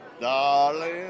Darling